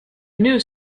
news